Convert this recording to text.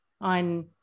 on